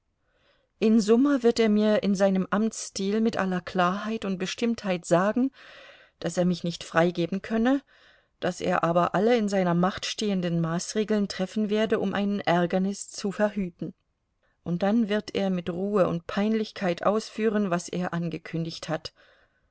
in summa wird er mir in seinem amtsstil mit aller klarheit und bestimmtheit sagen daß er mich nicht freigeben könne daß er aber alle in seiner macht stehenden maßregeln treffen werde um ein ärgernis zu verhüten und dann wird er mit ruhe und peinlichkeit ausführen was er angekündigt hat